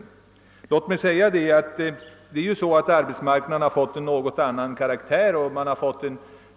Arbetsmarknaden har ju på senare tid fått en något ändrad och